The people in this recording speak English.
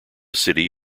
city